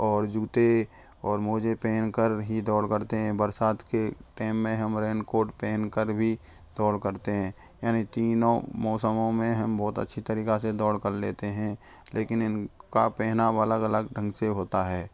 और जूते और मोज़े पहन कर ही दौड़ करते हैं बरसात के टाइम में हम रेनकोट पहन कर भी दौड़ करते हैं यानी तीनों मौसमों में हम बहुत अच्छी तरीक़ा से दौड़ कर लेते हैं लेकिन इन का पहनाव अलग अलग ढंग से होता है